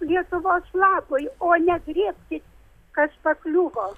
lietuvos labui o negriebti kas pakliuvo